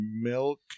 milk